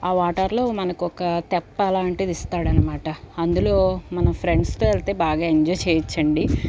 ఆ వాటర్లో మనకొక తెప్పలాంటిది ఇస్తాడనమాట అందులో మన ఫ్రెండ్స్తో వెళ్తే బాగా ఎంజాయ్ చెయ్యచండి